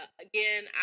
again